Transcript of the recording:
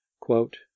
quote